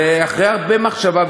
זה אחרי הרבה מחשבה.